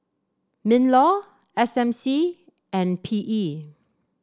Minlaw S M C and P E